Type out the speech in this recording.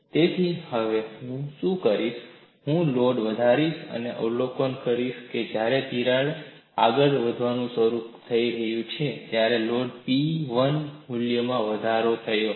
તેથી હવે હું શું કરીશ હું લોડ વધારીશ અને અવલોકન કરીશ જ્યારે તિરાડ આગળ વધવાનું શરૂ થઈ ગયું છે જ્યારે લોડ P1 મૂલ્યમાં વધારો થયો છે